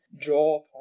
draw